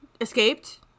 escaped